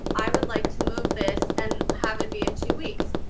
i would like to move this and have it be in two weeks.